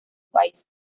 país